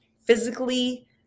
physically